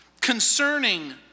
concerning